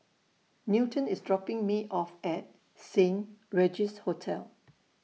Newton IS dropping Me off At Saint Regis Hotel